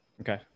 Okay